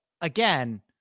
again